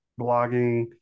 blogging